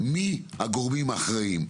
מי הגורמים האחראים.